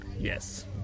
Yes